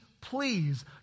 please